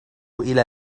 إلى